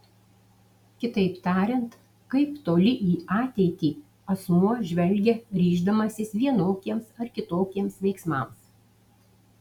kitaip tariant kaip toli į ateitį asmuo žvelgia ryždamasis vienokiems ar kitokiems veiksmams